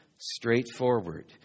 straightforward